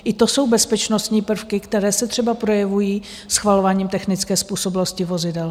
I to jsou bezpečnostní prvky, které se třeba projevují schvalováním technické způsobilosti vozidel.